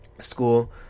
school